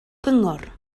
gyngor